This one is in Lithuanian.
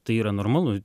tai yra normalu